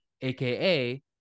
AKA